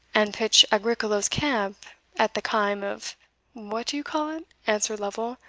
and pitch agricola's camp at the kaim of what do you call it, answered lovel,